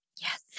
Yes